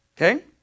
Okay